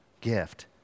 gift